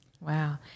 Wow